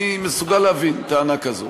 אני מסוגל להבין טענה כזו.